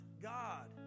god